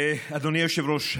אדוני היושב-ראש,